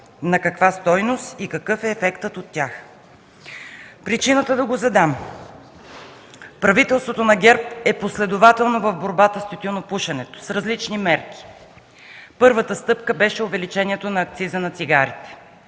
на каква стойност и какъв е ефектът от тях. Причината да го задам. Правителството на ГЕРБ е последователно в борбата срещу тютюнопушенето с различни мерки. Първата стъпка беше увеличението на акциза на цигарите.